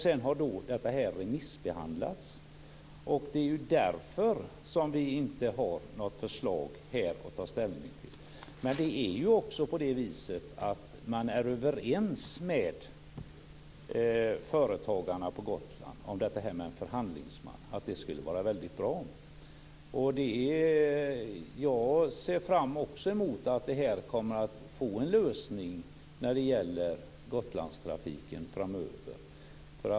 Sedan har detta remissbehandlats. Det är därför som vi inte har något förslag att ta ställning till här. Men det är också på det viset att man är överens med företagarna på Gotland om att detta med en förhandlingsman skulle vara väldigt bra. Jag ser också fram emot att få en lösning när det gäller Gotlandstrafiken framöver.